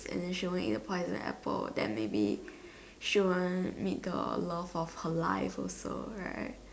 and than she wont eat the poison apple than maybe she won't meet the love of her life also correct